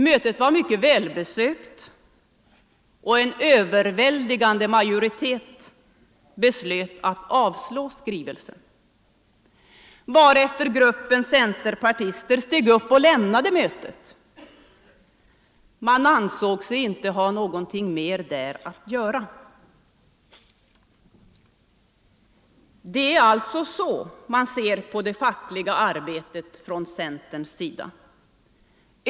Mötet var mycket väl besökt, och en överväldigande majoritet beslöt att avslå skrivelsen, varefter gruppens centerpartister steg upp och lämnade mötet. Man ansåg sig inte ha någonting mer där att göra. Det är alltså så man ser på det fackliga arbetet från centerns sida.